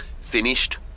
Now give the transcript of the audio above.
Finished